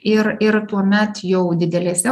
ir ir tuomet jau didelėse